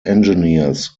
engineers